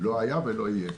לא היה ולא יהיה.